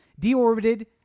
deorbited